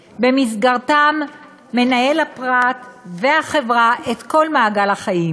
ובמסגרתם מנהלים הפרט והחברה את כל מעגל החיים.